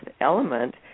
element